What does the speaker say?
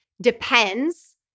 depends